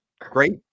great